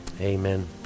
Amen